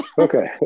Okay